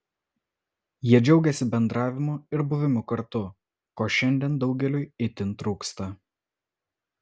jie džiaugėsi bendravimu ir buvimu kartu ko šiandien daugeliui itin trūksta